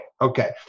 okay